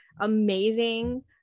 amazing